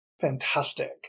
Fantastic